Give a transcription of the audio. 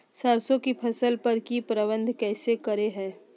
सरसों की फसल पर की प्रबंधन कैसे करें हैय?